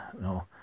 No